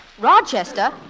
Rochester